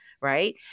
right